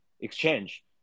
exchange